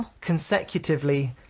consecutively